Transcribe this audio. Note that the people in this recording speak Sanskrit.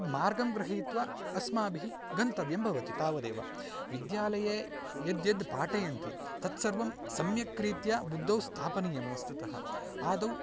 तद्मार्गं गृहीत्वा अस्माभिः गन्तव्यं भवति तावदेव विद्यालये यद् यद् पाठयन्ति तत् सर्वं सम्यक् रीत्या बुद्धौ स्थापनीयं वस्तुतः आदौ